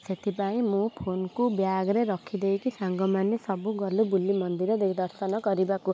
ସେଥିପାଇଁ ମୁଁ ଫୋନ୍କୁ ବ୍ୟାଗ୍ ରେ ରଖି ଦେଇକି ସାଙ୍ଗମାନେ ସବୁ ଗଲୁ ବୁଲି ମନ୍ଦିର ଦେଇ ଦର୍ଶନ କରିବାକୁ